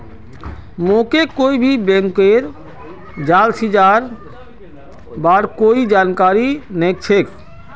मोके कोई भी बैंकेर जालसाजीर बार कोई जानकारी नइ छेक